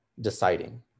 deciding